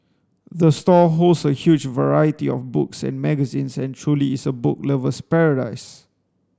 the store holds a huge variety of books and magazines and truly is a book lover's paradise